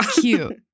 Cute